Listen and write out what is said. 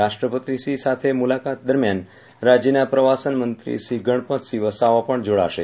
રાષ્ટ્રપતિશ્રી સાથે મુલાકાત દરમિયાન રાજ્યના પ્રવાસન મંત્રીશ્રી ગણપતસિંહ વસાવા પણ જોડાશે